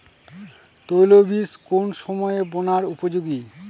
তৈলবীজ কোন সময়ে বোনার উপযোগী?